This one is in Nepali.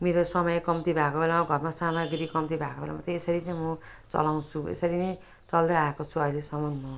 मेरो समय कम्ती भएको बेलामा घरमा सामग्री कम्ती भएको बेलामा त यसरी नै म चलाउँछु यसरी नै चल्दै आएको छु अहिलेसम्म म